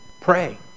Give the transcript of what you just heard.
Pray